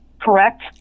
correct